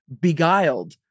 beguiled